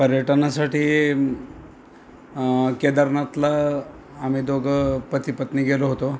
पर्यटनासाठी केदारनाथला आम्ही दोघं पतीपत्नी गेलो होतो